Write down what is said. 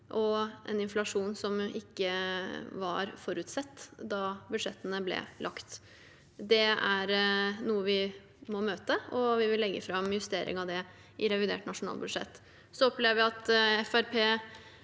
og en inflasjon som ikke var forutsett da budsjettene ble lagt. Det er noe vi må møte, og vi vil legge fram justering av det i revidert nasjonalbudsjett. For det